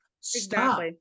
Stop